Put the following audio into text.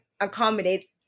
accommodate